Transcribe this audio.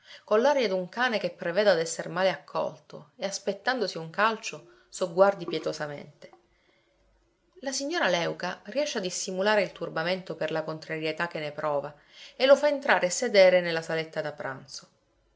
con l'aria d'un cane che preveda d'esser male accolto e aspettandosi un calcio sogguardi pietosamente la signora léuca riesce a dissimulare il turbamento per la contrarietà che ne prova e lo fa entrare e sedere nella saletta da pranzo